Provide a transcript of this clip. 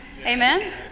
amen